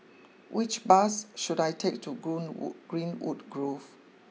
which bus should I take to wood Greenwood Grove